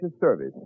service